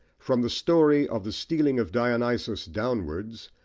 from the story of the stealing of dionysus downwards,